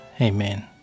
Amen